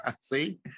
See